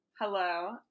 Hello